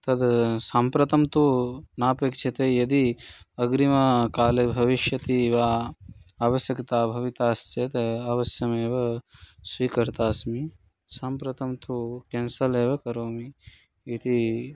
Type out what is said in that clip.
तद् सम्प्रति तु न अपेक्ष्यते यदि अग्रिमकाले भविष्यति एव अवश्यकता भविष्यति अवश्यमेव स्वीकर्ता अस्मि सम्प्रति तु क्यान्सल् एव करोमि इति